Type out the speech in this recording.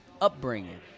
upbringing